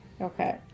Okay